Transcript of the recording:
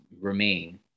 remain